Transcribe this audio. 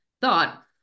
thought